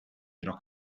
rock